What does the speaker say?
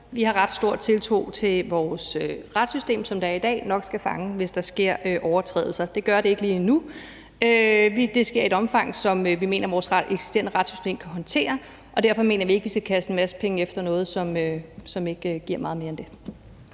Vi har ret stor tiltro til, at vores retssystem, som det er i dag, nok skal fange det, hvis der sker overtrædelser. Det gør det ikke lige nu; det sker i et omfang, som vi mener at vores eksisterende retssystem kan håndtere, og derfor mener vi ikke, at vi skal kaste en masse penge efter noget, som ikke giver meget mere end det.